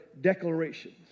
declarations